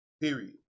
Period